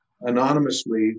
anonymously